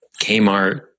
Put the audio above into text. Kmart